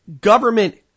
government